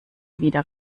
wieder